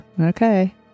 Okay